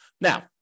Now